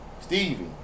Stevie